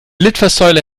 litfaßsäule